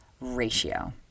ratio